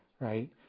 Right